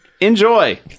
enjoy